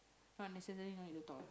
not necessary no need to talk